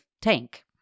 tank